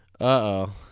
Uh-oh